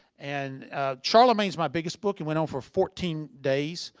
and charlamagne's my biggest book and went on for fourteen days,